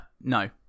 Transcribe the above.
No